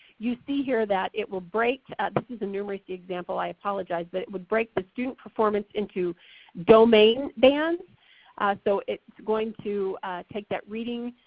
you see here that it will break, this is a numeracy example i apologize, but it would break the student performance into domain bands so its going to take that reading